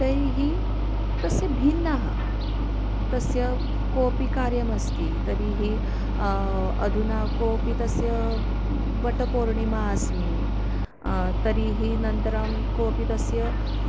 तर्हि तस्य भिन्नः तस्य कोपि कार्यमस्ति तर्हि अधुना कोपि तस्य वटपूर्णिमा अस्मि तर्हि नन्तरं कोपि तस्य